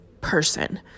person